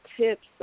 tips